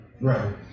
Right